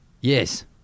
Yes